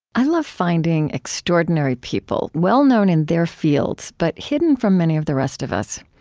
i love finding extraordinary people, well-known in their fields but hidden from many of the rest of us.